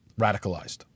radicalized